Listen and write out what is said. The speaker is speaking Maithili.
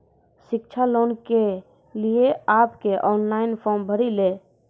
शिक्षा लोन के लिए आप के ऑनलाइन फॉर्म भरी ले?